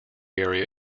area